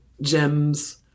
gems